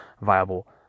viable